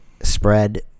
spread